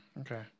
Okay